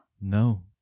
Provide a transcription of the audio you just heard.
No